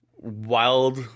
wild